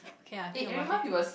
okay ah I think about it